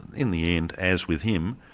in the end, as with him,